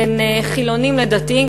בין חילונים לדתיים,